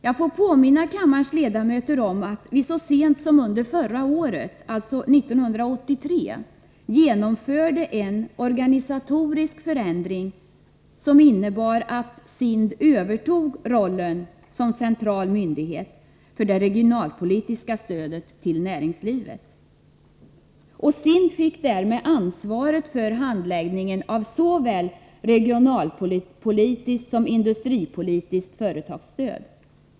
Jag får påminna kammarens ledamöter om att vi så sent som under förra året, alltså 1983, genomförde en organisatorisk förändring som innebar att SIND övertog rollen som central myndighet för det regionalpolitiska stödet till näringslivet. SIND fick därmed ansvaret för handläggningen av såväl regionalpolitiskt som industripolitiskt företagsstöd.